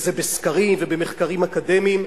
וזה בסקרים ובמחקרים אקדמיים,